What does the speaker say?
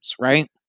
right